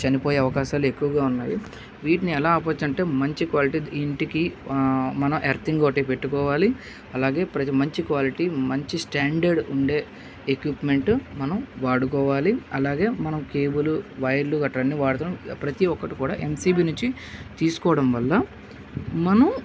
చనిపోయే అవకాశాలు ఎక్కువగా ఉన్నాయి వీటిని ఎలా ఆపచ్చు అంటే మంచి క్వాలిటి ఇంటికీ మన ఎర్తింగ్ ఒకటి పెట్టుకోవాలి అలాగే ప్రతి మంచి క్వాలిటి మంచి స్టాండర్డ్ ఉండే ఎక్విప్మెంట్ మనం వాడుకోవాలి అలాగే మనం కేబుల్ వైర్లు గట్రా అన్ని వాడుతున్న ప్రతి ఒక్కటి కూడా ఎంసిబీ నుండి తీసుకోవడం వల్ల మనం